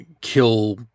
kill